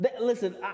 Listen